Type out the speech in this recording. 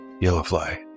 Yellowfly